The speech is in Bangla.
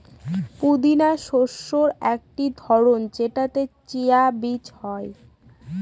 পুদিনা শস্যের একটি ধরন যেটাতে চিয়া বীজ হয়